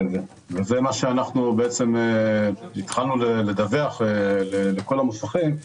זה מה שאנחנו התחלנו לדווח לכל המוסכים,